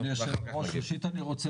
היום 20 ביולי 2021, י"א באב התשפ"א.